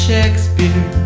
Shakespeare